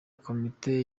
komite